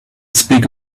speak